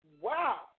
Wow